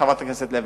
חברת הכנסת לוי,